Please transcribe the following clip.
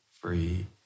free